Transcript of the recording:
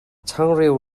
changreu